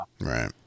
Right